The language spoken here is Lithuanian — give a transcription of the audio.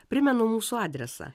primenu mūsų adresą